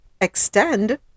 extend